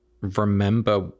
remember